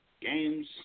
games